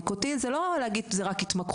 הניקוטין זה לא להגיד זה רק התמכרות,